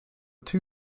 two